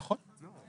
נכון.